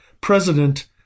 President